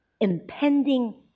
impending